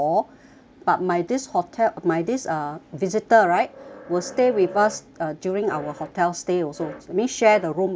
but my this hotel my this uh visitor right will stay with us during our hotel stay also means share the room with us